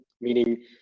meaning